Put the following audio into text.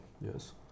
yes